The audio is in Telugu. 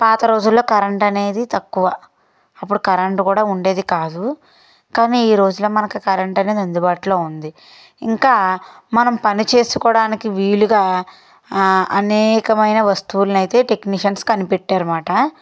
పాత రోజుల్లో కరెంట్ అనేది తక్కువ అపుడు కరెంటు కూడా ఉండేది కాదు కానీ ఈ రోజుల్లో మనకు కరెంట్ అనేది అందుబాటులో ఉంది ఇంకా మనం పనిచేసుకోవడానికి వీలుగా అనేకమైన వస్తువులను అయితే టెక్నీషియన్స్ కనిపెట్టారుమాట